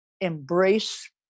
embrace